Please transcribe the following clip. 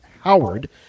Howard